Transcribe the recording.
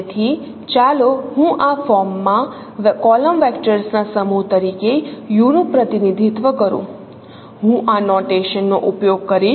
તેથી ચાલો હું આ ફોર્મમાં કોલમ વેક્ટર્સના સમૂહ તરીકે U નું પ્રતિનિધિત્વ કરું હું આ નોટેશન નો ઉપયોગ કરીશ